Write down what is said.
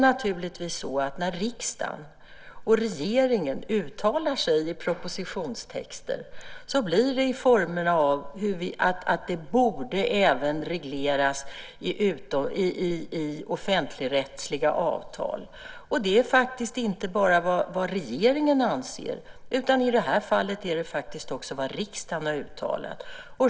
När riksdagen och regeringen uttalar sig i samband med propositionstexter blir det naturligtvis i form av att det även borde regleras i offentligrättsliga avtal. Det är inte bara vad regeringen anser, utan i det här fallet är det faktiskt också vad riksdagen har uttalat.